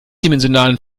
dimensionalen